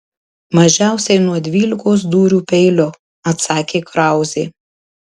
mažiausiai nuo dvylikos dūrių peiliu atsakė krauzė